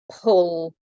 pull